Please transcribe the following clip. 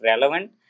relevant